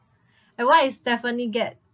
and what is stephanie get